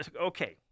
Okay